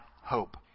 hope